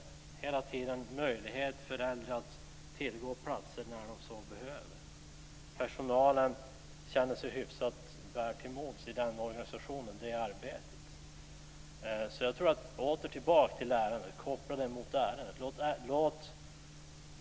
Det är hela tiden möjligt för äldre att få plats när de så behöver det. Personalen känner sig väl till mods med sitt arbete i den organisationen.